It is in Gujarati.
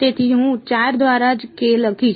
તેથી હું 4 દ્વારા j k લખીશ